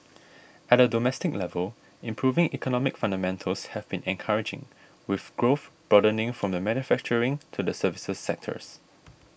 at a domestic level improving economic fundamentals have been encouraging with growth broadening from the manufacturing to the services sectors